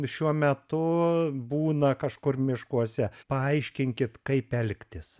šiuo metu būna kažkur miškuose paaiškinkit kaip elgtis